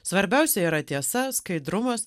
svarbiausia yra tiesa skaidrumas